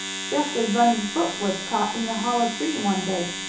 just as bunny's foot was caught in the hollow tree one day.